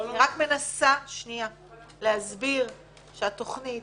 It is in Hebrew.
אני רק מנסה להסביר שהתכנית